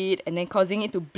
then causing it to bleed